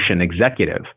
executive